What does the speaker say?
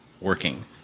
working